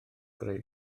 greu